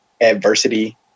adversity